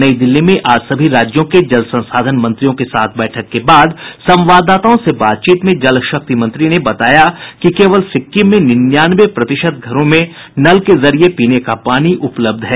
नई दिल्ली में आज सभी राज्यों के जल संसाधन मंत्रियों के साथ बैठक के बाद संवाददाताओं से बातचीत में जल शक्ति मंत्री ने बताया कि केवल सिक्किम में निन्यानवें प्रतिशत घरों में नल के जरिये पीने का पानी उपलब्ध है